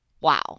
Wow